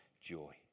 joy